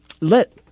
let